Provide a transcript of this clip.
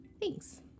Thanks